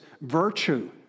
virtue